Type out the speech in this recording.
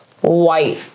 white